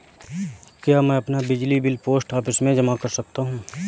क्या मैं अपना बिजली बिल पोस्ट ऑफिस में जमा कर सकता हूँ?